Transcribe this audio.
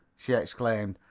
she exclaimed.